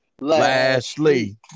Lashley